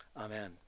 Amen